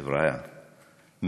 חבריא,